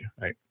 right